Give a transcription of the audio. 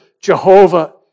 Jehovah